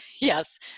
yes